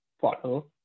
follow